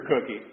cookie